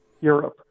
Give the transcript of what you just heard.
Europe